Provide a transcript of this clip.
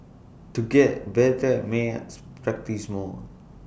to get better at maths practise more